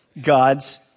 God's